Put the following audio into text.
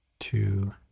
Two